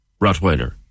Rottweiler